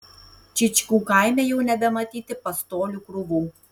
čyčkų kaime jau nebematyti pastolių krūvų